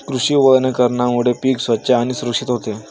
कृषी वनीकरणामुळे पीक स्वच्छ आणि सुरक्षित होते